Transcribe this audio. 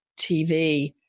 TV